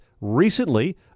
Recently